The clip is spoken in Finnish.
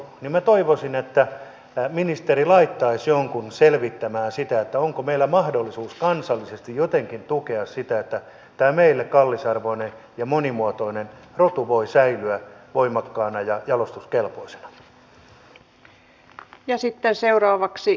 minä toivoisin että ministeri laittaisi jonkun selvittämään sitä onko meillä mahdollisuus kansallisesti jotenkin tukea sitä että tämä meille kallisarvoinen ja monimuotoinen rotu voi säilyä voimakkaana ja jalostuskelpoisena